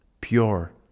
pure